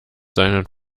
seinen